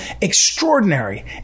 extraordinary